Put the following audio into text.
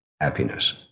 happiness